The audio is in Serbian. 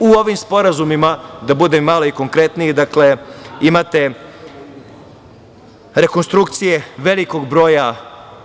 U ovim sporazumima, da budem malo i konkretniji, dakle, imate rekonstrukcije velikog broja